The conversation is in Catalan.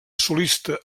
solista